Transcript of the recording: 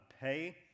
pay